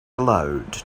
allowed